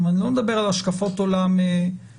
אני לא מדבר על השקפות עולם שונות.